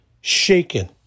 shaken